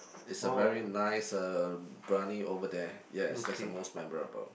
it's a very nice uh biryani over there yes that's the most memorable